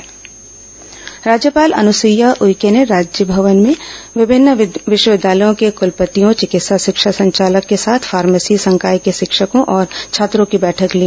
राज्यपाल मुलाकात राज्यपाल अनुसुईया उइके ने राजभवन में विभिन्न विश्वविद्यालयों के कुलपतियों चिकित्सा शिक्षा संचालक के साथ फार्मेसी संकार्य के शिक्षकों और छात्रों की बैठक ली